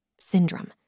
Syndrome